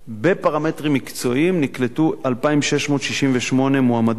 בפרמטרים מקצועיים נקלטו 2,668 מועמדות